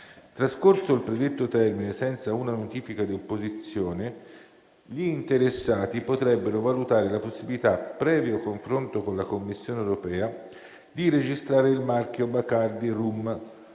Trascorso il predetto termine senza una notifica di opposizione, gli interessati potrebbero valutare la possibilità, previo confronto con la Commissione europea, di registrare il marchio Bacardi Rum,